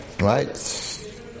right